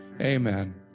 Amen